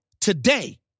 today